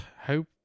hope